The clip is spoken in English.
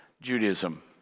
Judaism